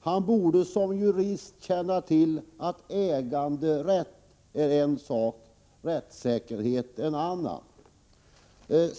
Han borde, som jurist, känna till att äganderätt är en sak och rättssäkerhet en annan.